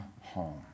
home